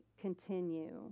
continue